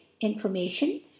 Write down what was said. information